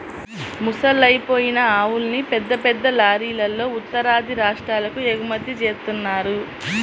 ముసలయ్యి అయిపోయిన ఆవుల్ని పెద్ద పెద్ద లారీలల్లో ఉత్తరాది రాష్ట్రాలకు ఎగుమతి జేత్తన్నారు